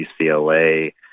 ucla